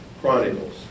Chronicles